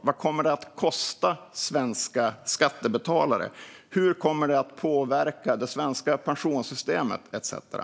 Vad kommer det att kosta svenska skattebetalare? Hur kommer det att påverka det svenska pensionssystemet etcetera?